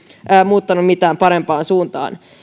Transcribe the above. muuttanut mitään parempaan suuntaan